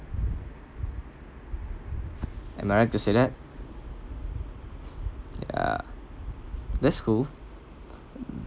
am I right to say that ya that's cool